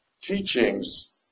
teachings